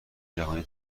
جهانی